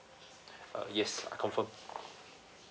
uh yes I confirm